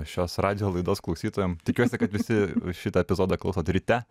šios radijo laidos klausytojam tikiuosi kad visi šitą epizodą klausot ryte